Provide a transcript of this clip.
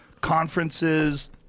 conferences